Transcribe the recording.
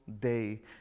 day